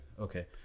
okay